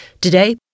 Today